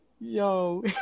yo